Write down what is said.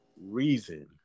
reason